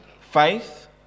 faith